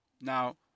Now